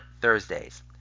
Thursdays